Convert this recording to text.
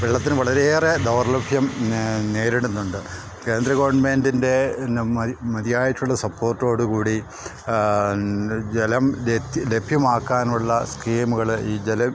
വെള്ളത്തിന് വളരെയേറെ ദൗർലഭ്യം നേരിടുന്നുണ്ട് കേന്ദ്ര ഗവൺമെൻ്റിൻ്റെ പിന്നെ മതിയായിട്ടുള്ള സപ്പോർട്ടോട് കൂടി ജലം ലഭ്യമാക്കാനുള്ള സ്കീമുകള് ഈ ജലം